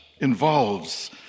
involves